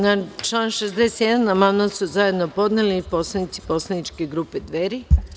Na član 61. amandman su podneli narodni poslanici poslaničke grupe Dveri.